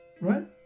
Right